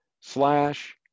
slash